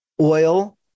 oil